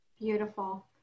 beautiful